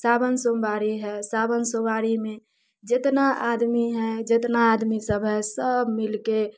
साओन सोमवारी है साओन सोमवारीमे जितना आदमी है जितना आदमी सभ है सभ मिलके